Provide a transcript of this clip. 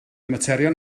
materion